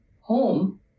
home